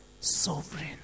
sovereign